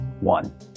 one